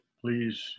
please